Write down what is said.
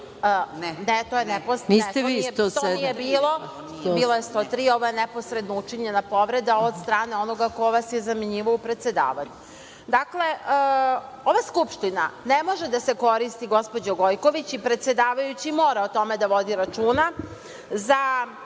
To nije bilo. Bilo je 103. Ovo je neposredno učinjena povreda od strane onoga ko vas je zamenjivao u predsedavanju. Dakle, ova Skupština ne može da se koristi, gospođo Gojković, i predsedavajući mora o tome da vodi računa za